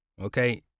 Okay